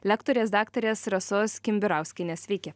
lektorės daktarės rasos kimbirauskienės sveiki